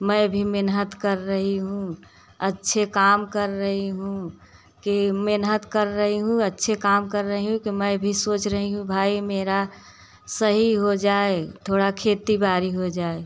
मैं भी मेनहत कर रही हूँ अच्छे काम कर रही हूँ कि मेनहत कर रही हूँ अच्छे काम कर रही हूँ कि मैं भी सोच रही हूँ भाई मेरा सही हो जाए थोड़ा खेती बारी हो जाए